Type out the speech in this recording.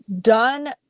done